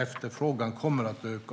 efterfrågan kommer att öka.